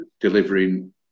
delivering